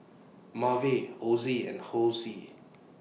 Maeve Ozzie and Hosie